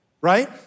right